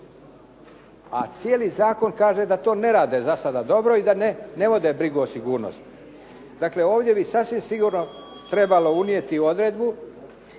A cijeli zakon kaže da to ne rade za sada dobro i da ne vode brigu o sigurnosti. Dakle, ovdje bi sasvim sigurno trebalo unijeti u odredbu